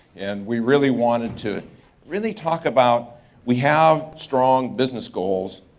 and we really wanted to really talk about we have strong business goals,